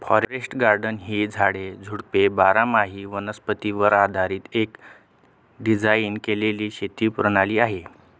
forest garden ही झाडे, झुडपे बारामाही वनस्पतीवर आधारीत एक डिझाइन केलेली शेती प्रणाली आहे